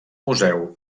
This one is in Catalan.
museu